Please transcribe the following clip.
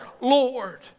Lord